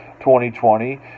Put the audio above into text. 2020